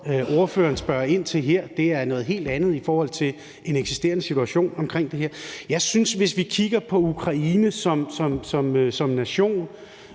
ordføreren spørger ind til her. Det er noget helt andet i forhold til en eksisterende situation omkring det her. Hvis vi kigger på Ukraine som nation,